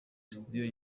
studio